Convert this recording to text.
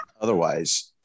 otherwise